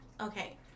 okay